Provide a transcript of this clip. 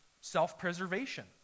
self-preservation